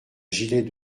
gilet